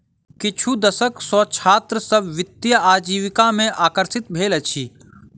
किछु दशक सॅ छात्र सभ वित्तीय आजीविका में आकर्षित भेल अछि